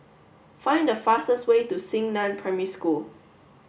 find the fastest way to Xingnan Primary School